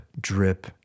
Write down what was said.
drip